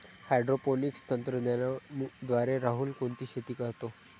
Hydroponics तंत्रज्ञानाद्वारे राहुल कोणती शेती करतो?